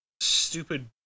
stupid